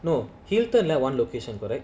no hilton lah one location correct